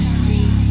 see